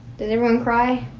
did everyone cry,